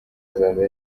azaza